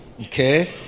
Okay